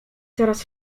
coraz